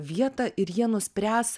vietą ir jie nuspręs